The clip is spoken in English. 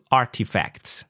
artifacts